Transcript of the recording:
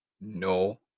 No